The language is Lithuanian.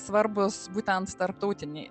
svarbus būtent tarptautinei